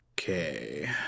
okay